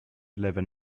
deliver